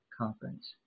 Conference